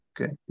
Okay